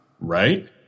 Right